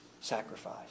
Sacrifice